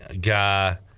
guy